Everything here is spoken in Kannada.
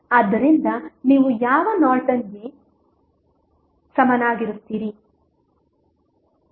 ಆದ್ದರಿಂದ ನೀವು ಯಾವ ನಾರ್ಟನ್ಗೆ ಸಮನಾಗಿರುತ್ತೀರಿ